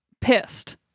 pissed